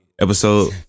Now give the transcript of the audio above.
Episode